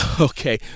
Okay